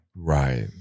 Right